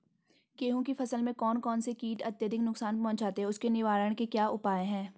गेहूँ की फसल में कौन कौन से कीट अत्यधिक नुकसान पहुंचाते हैं उसके निवारण के क्या उपाय हैं?